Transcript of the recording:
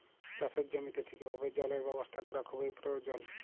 চাষের জমিতে ঠিকভাবে জলের ব্যবস্থা ক্যরা খুবই পরয়োজল